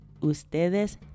ustedes